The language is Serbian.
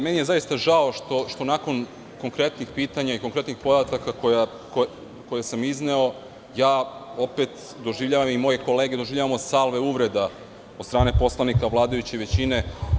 Meni je zaista žao što nakon konkretnih pitanja i konkretnih podataka koje sam izneo, opet ja i moje kolege doživljavamo salve uvreda od strane poslanika vladajuće većine.